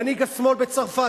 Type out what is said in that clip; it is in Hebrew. מנהיג השמאל בצרפת,